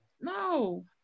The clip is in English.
no